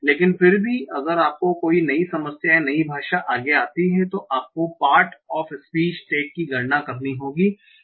लेकिन फिर भी अगर आपको कोई नई समस्या या नई भाषा आगे आती है तो आपको पार्ट ऑफ स्पीच टैग की गणना करनी होगी